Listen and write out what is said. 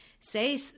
say